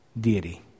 deity